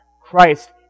Christ